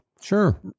sure